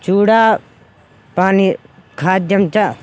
चूडा पानी खाद्यं च